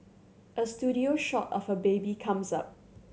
a studio shot of a baby comes up